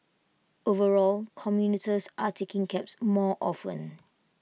overall commuters are taking cabs more often